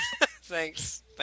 Thanks